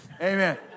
Amen